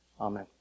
Amen